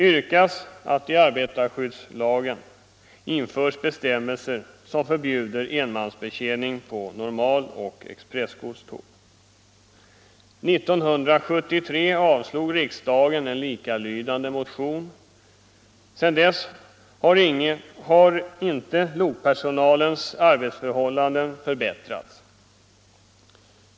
År 1973 avslog riksdagen en likalydande motion. Sedan dess har inte lokpersonalens arbetsförhållanden förbättrats.